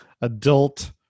adult